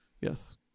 Yes